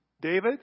David